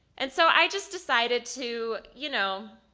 and so i just decided to, you know,